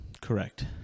Correct